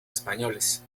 españoles